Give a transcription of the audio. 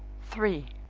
three.